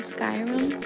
Skyrim